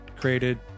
created